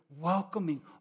welcoming